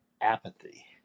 apathy